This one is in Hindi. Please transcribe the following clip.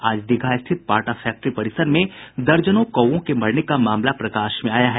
आज दीघा स्थित बाटा फैक्ट्री परिसर में दर्जनों कौवों के मरने का मामला प्रकाश में आया है